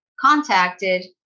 contacted